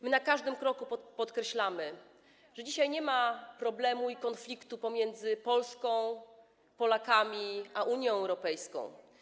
My na każdym kroku podkreślamy, że dzisiaj nie ma problemu ani konfliktu pomiędzy Polską, Polakami a Unią Europejską.